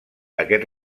aquest